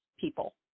people